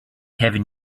heaven